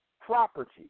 property